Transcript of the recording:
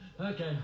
Okay